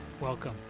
Welcome